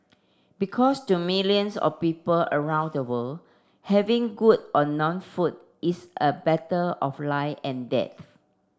because to millions of people around the world having good or no food is a matter of life and death